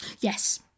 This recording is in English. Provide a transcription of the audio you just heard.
Yes